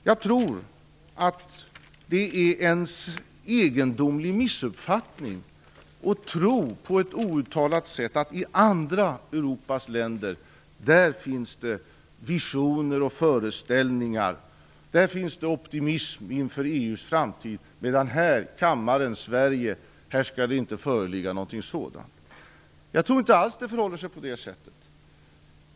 Jag tror att det är en egendomlig missuppfattning att på ett outtalat sätt tro att det i andra europeiska länder finns visioner, föreställningar och optimism inför EU:s framtid, medan det i den här kammaren här i Sverige inte skulle föreligga något sådant. Jag tror inte alls att det förhåller sig så.